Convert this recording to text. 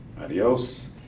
adios